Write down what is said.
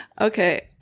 Okay